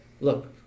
look